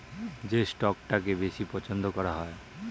যে স্টকটাকে বেশি পছন্দ করা হয়